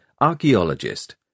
Archaeologist